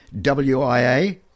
WIA